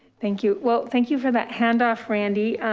thank you, well, thank you for that handoff, randy,